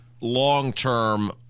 long-term